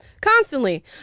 Constantly